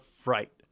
fright